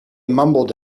mumbled